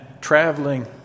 traveling